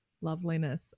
loveliness